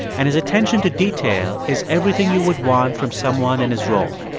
and his attention to detail is everything you would want from someone in his role.